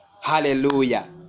hallelujah